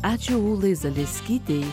ačiū ūlai zaleskytei